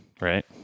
Right